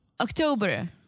October